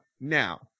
Now